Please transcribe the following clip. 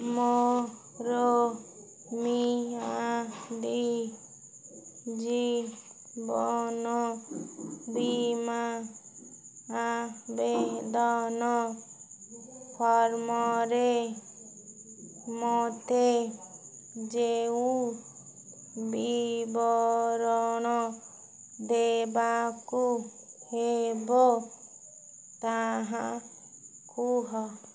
ମୋର ମିଆଦୀ ଜୀବନ ବୀମା ଆବେଦନ ଫର୍ମରେ ମୋତେ ଯେଉଁ ବିବରଣୀ ଦେବାକୁ ହେବ ତାହା କୁହ